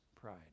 pride